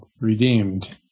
redeemed